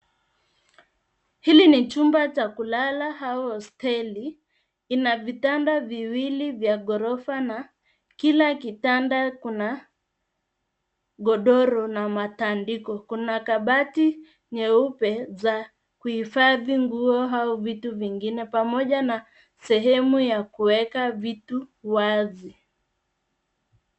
Hili ni chumba cha kulala au hosteli ina vitanda viwili vya ghorofa na kila kitanda kuna godoro na matandiko kuna kabati nyeupe ya kuhifadhi nguo au vitu vingine pamoja na sehemu ya kuweka vitu Wazi.